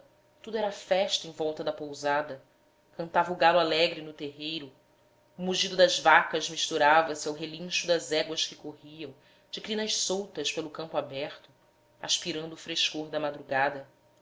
tudo era festa em volta da pousada cantava o galo alegre no terreiro o mugido das vacas misturava-se ao relincho das éguas que corriam de crinas soltas pelo campo aberto aspirando o frescor da madrugada